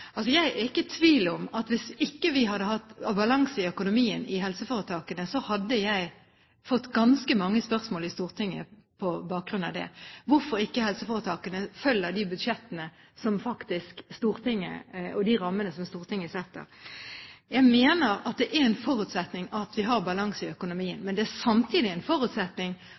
Jeg er ikke i tvil om at hvis vi ikke hadde hatt balanse i økonomien i helseforetakene, hadde jeg fått ganske mange spørsmål i Stortinget på bakgrunn av det – hvorfor ikke helseforetakene følger de budsjettene som Stortinget faktisk vedtar, og de rammene som Stortinget setter. Jeg mener at det er en forutsetning at vi har balanse i økonomien, men det er samtidig en forutsetning